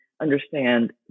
understand